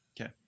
Okay